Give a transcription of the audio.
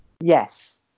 yes